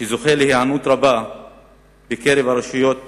שזוכה להיענות רבה בקרב הרשויות המקומיות,